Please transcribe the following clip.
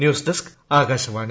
news desk Akashvani